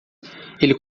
ele